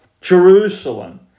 Jerusalem